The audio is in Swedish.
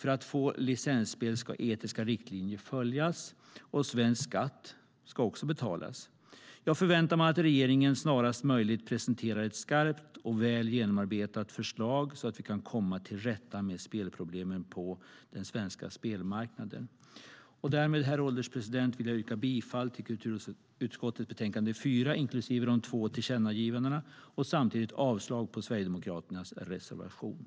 För att få spellicens ska etiska riktlinjer följas och svensk skatt ska också betalas. Därmed, herr ålderspresident, yrkar jag bifall till förslaget i kulturutskottets betänkande 4, inklusive de två tillkännagivandena. Samtidigt yrkar jag avslag på Sverigedemokraternas reservation.